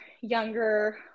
younger